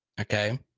Okay